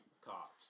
cops